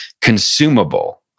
consumable